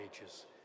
ages